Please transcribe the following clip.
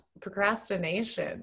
procrastination